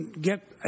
get